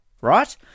right